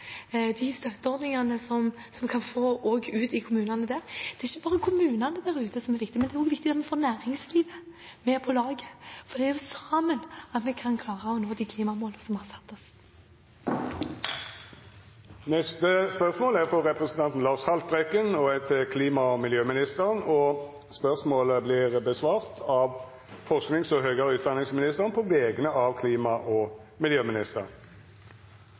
som kommunene også kan bruke. Det er ikke bare kommunene der ute som er viktige, det er også viktig å få næringslivet med på laget, for det er sammen vi kan klare å nå de klimamålene vi har satt oss. Då går me vidare til spørsmål 11. Dette spørsmålet, frå representanten Lars Haltbrekken til klima- og miljøvernministeren, vert svara på av forskings- og høgare utdanningsministeren på vegner av klima- og